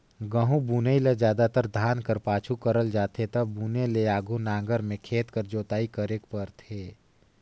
गहूँ बुनई ल जादातर धान कर पाछू करल जाथे ता बुने ले आघु नांगर में खेत कर जोताई करेक परथे